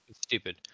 stupid